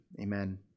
amen